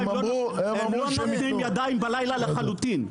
הם לא נותנים ידיים בלילה לחלוטין.